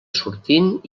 sortint